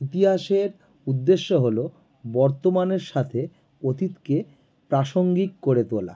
ইতিহাসের উদ্দেশ্য হলো বর্তমানের সাথে অতীতকে প্রাসঙ্গিক করে তোলা